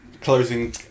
closing